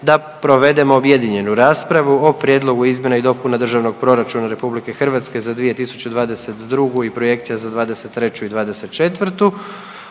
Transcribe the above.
da provedemo objedinjenu raspravu o - Prijedlogu izmjena i dopuna Državnog proračuna Republike Hrvatske za 2022. godinu i projekcija za 2023. i 2024.